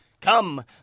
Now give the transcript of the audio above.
Come